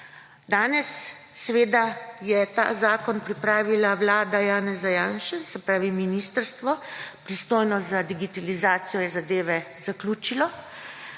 Danes je ta zakon pripravila vlada Janeza Janše, se pravi ministrstvo, pristojno za digitalizacijo, je zadeve zaključilo